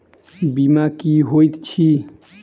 बीमा की होइत छी?